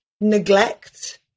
neglect